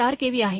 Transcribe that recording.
४ KV आहे